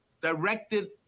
directed